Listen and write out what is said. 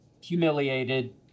humiliated